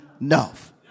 enough